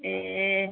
ए